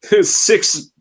six